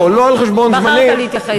לא על חשבון זמני.